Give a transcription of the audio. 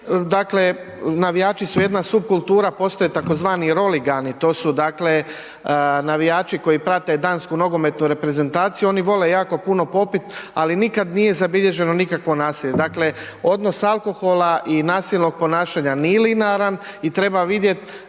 dakle navijači su jedna supkultura, postoje tzv. Roligani, to su dakle navijači koji prate dansku nogometnu reprezentaciju, oni vole jako puno popiti, ali nikad nije zabilježeno nikako nasilje. Dakle, odnos alkohola i nasilnog ponašanja nije linearan i treba vidjeti